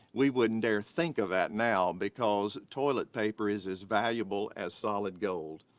we wouldn't dare think of that now because toilet paper is as valuable as solid gold.